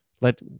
let